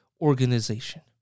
organization